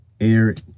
Eric